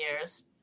years